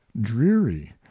dreary